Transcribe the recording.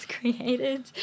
created